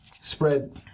spread